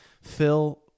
Phil